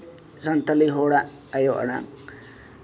ᱥᱟᱱᱛᱟᱲ ᱦᱚᱲᱟᱜ ᱟᱭᱳ ᱟᱲᱟᱝ